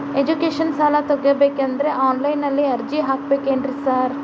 Education ಸಾಲ ತಗಬೇಕಂದ್ರೆ online ನಲ್ಲಿ ಅರ್ಜಿ ಹಾಕ್ಬೇಕೇನ್ರಿ ಸಾರ್?